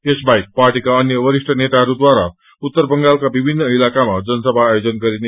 यसवाहेक पार्अीका अन्य वरिष्ठ नेताहरूद्वारा उत्तर बंगालका विभिन्न इलाकामा जनसभा आयोजन गरिने